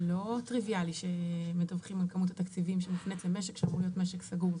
זה לא טריביאלי שמדווחים על כמות התקציבים למשק שיכול היות משק סגור.